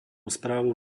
správu